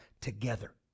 together